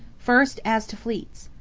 first, as to fleets.